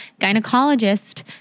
gynecologist